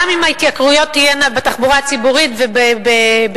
גם אם תהיינה התייקרויות בתחבורה הציבורית וברכבת,